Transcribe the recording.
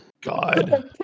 god